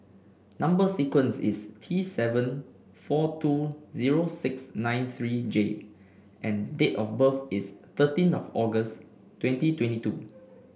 number sequence is T seven four two zero six nine three J and date of birth is thirteen of August twenty twenty two